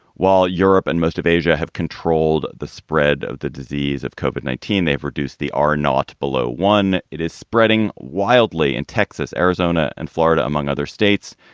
while europe and most of asia have controlled the spread of the disease of copan nineteen, they've reduced the are not below one. it is spreading wildly in texas, arizona and florida, among other states.